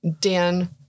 Dan